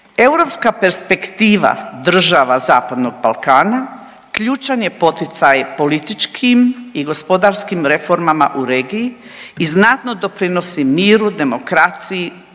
Europska perspektiva država zapadnog Balkana ključan je poticaj političkim i gospodarskim reformama u regiji i znato doprinosi miru, demokraciji,